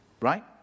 right